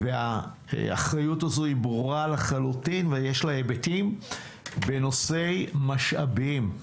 האחריות הזו היא ברורה לחלוטין ויש לה היבטים בנושא המשאבים.